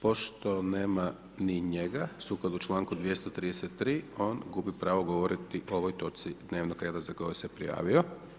Pošto nema ni njega, sukladno članku 233., on gubi pravo govoriti o ovoj točci dnevnog reda za koju se prijavio.